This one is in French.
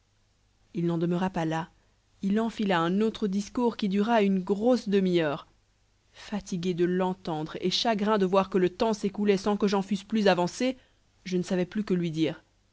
il n'en demeura pas là il enfila un autre discours qui dura une grosse demi-heure fatigué de l'entendre et chagrin de voir que le temps s'écoulait sans que j'en fusse plus avancé je ne savais plus que lui dire